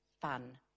fun